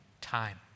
time